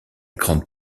grande